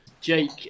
Jake